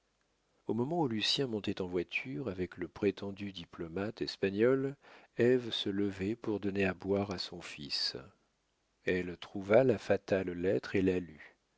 au moment où lucien montait en voiture avec le prétendu diplomate espagnol ève se levait pour donner à boire à son fils elle trouva la fatale lettre